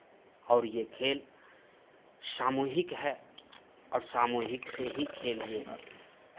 और ये खेल सामूहिक है और सामूहिक से ही खेलिए